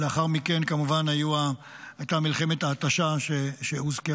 ולאחר מכן כמובן הייתה מלחמת ההתשה שהוזכרה,